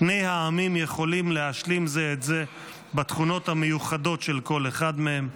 שני העמים יכולים להשלים זה את זה בתכונות המיוחדות של כל אחד מהם,